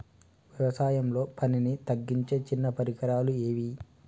వ్యవసాయంలో పనిని తగ్గించే చిన్న పరికరాలు ఏవి?